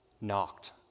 knocked